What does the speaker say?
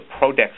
PRODEX